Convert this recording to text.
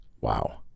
wow